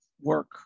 work